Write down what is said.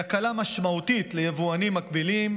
היא הקלה משמעותית ליבואנים מקבילים